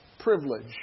privilege